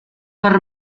per